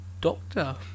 doctor